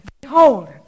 Behold